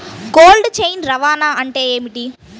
Cold chain రవాణా అంటే ఏమిటీ?